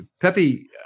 Pepe